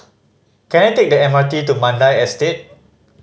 can I take the M R T to Mandai Estate